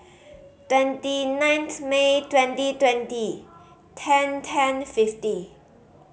twenty ninth May twenty twenty ten ten fifty